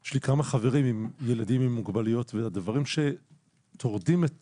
יש לי כמה חברים עם ילדים עם מוגבלויות והדברים שטורדים את